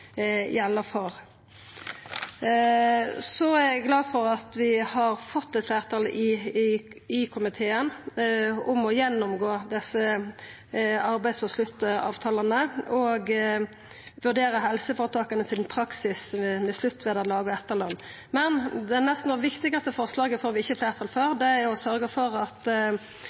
gjelda for. Eg er glad for at vi har fått eit fleirtal i komiteen for å gjennomgå desse arbeids- og sluttavtalane og vurdera praksisen i helseføretaka med sluttvederlag og etterløn. Men det nesten viktigaste forslaget får vi ikkje fleirtal for, og det er å sørgja for at